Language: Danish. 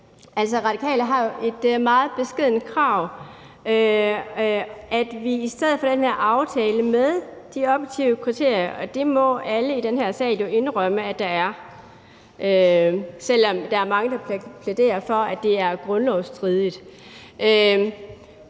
Radikale har jo et meget beskedent krav, nemlig at vi i stedet for den her aftale med de objektive kriterier – og det må alle i den her sal jo indrømme at der er, selv om der er mange, der plæderer for, at det er grundlovsstridigt